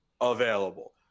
available